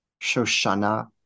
Shoshana